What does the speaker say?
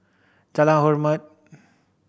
Jalan Hormat